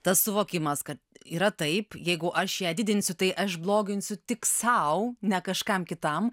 tas suvokimas kad yra taip jeigu aš ją didinsiu tai aš bloginsiu tik sau ne kažkam kitam